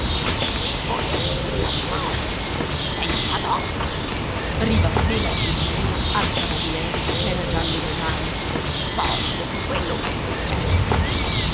chi volete che la sposi senza dote ribatté la cirmena al cavaliere ch'era già lontano poi dopo quello ch'è successo